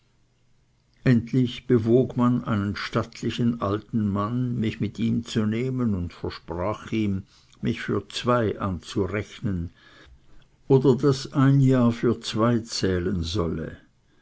endlich bewog man einen stattlichen alten mann mich mit ihm zu nehmen und versprach ihm mich für zwei anzurechnen oder daß ein jahr für zwei zählen solle